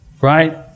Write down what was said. right